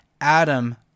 Adam